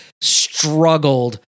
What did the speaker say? struggled